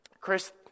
Chris